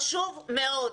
חשוב מאוד.